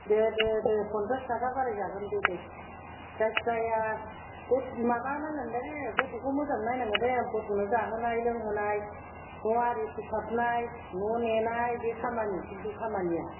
दे दे दे पन्सास थाखा बारायजागोन दे जायखिजाया माबानांगोन दे गथ'खौ मोजां नायनांगोन दे गथ'नो जाहोनाय लोंहोनाय न'आरि फोसाबनाय न' नेनाय बे खामानि खिन्थु खामानिया